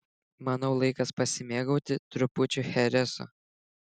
manau laikas pasimėgauti trupučiu chereso